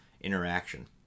interaction